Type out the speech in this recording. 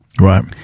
Right